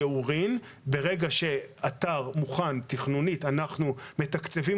ברגע שאתר מוכן מבחינה תכנונית אנחנו מתקצבים